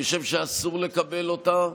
אני חושב שאסור לקבל אותה,